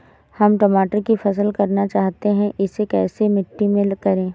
हम टमाटर की फसल करना चाहते हैं इसे कैसी मिट्टी में करें?